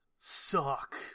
suck